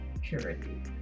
purity